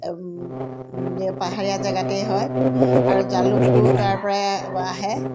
পাহাৰীয়া জেগাতেই হয় আৰু জালুকটো তাৰ পৰাই আহে